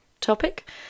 Topic